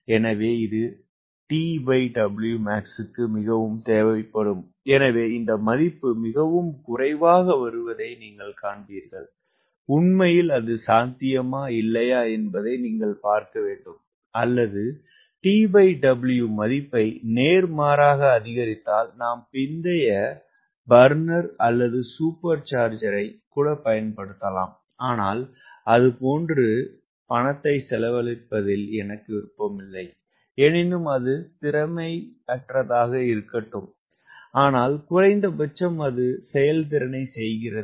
எனவே இது TWmax க்கு மிகவும் தேவைப்படும் எனவே இந்த மதிப்பு மிகவும் குறைவாக வருவதை நீங்கள் காண்பீர்கள் உண்மையில் அது சாத்தியமா இல்லையா என்பதை நீங்கள் பார்க்க வேண்டும் அல்லது TW மதிப்பை நேர்மாறாக அதிகரிக்க நாம் பிந்தைய பர்னர் அல்லது சூப்பர்சார்ஜரைப் பயன்படுத்தலாம் ஆனால் அது போன்று பணத்தை செலவழிப்பதில் எனக்கு விருப்பமில்லை எனினும் அது திறமையற்றதாக இருக்கட்டும் ஆனால் குறைந்தபட்சம் அது செயல்திறனை செய்கிறது